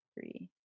three